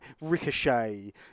Ricochet